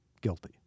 guilty